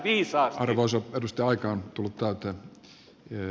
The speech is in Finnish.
arvoisa edustaja aika on tullut täyteen